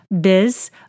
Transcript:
biz